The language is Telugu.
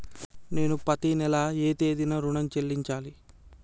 నేను పత్తి నెల ఏ తేదీనా ఋణం చెల్లించాలి?